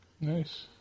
Nice